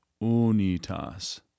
Unitas